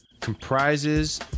comprises